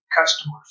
customers